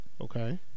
Okay